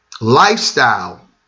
lifestyle